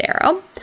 arrow